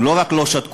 הם לא רק לא שתקו,